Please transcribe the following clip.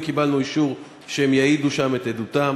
וקיבלנו אישור שהם יעידו שם את עדותם.